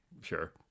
Sure